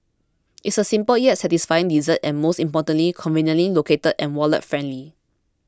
it's a simple yet satisfying dessert and most importantly conveniently located and wallet friendly